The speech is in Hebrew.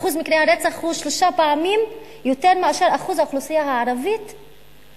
אחוז מקרי הרצח הוא פי שלושה מאשר אחוז האוכלוסייה הערבית בישראל.